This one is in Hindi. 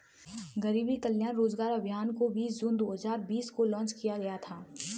गरीब कल्याण रोजगार अभियान को बीस जून दो हजार बीस को लान्च किया गया था